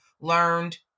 learned